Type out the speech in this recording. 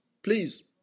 Please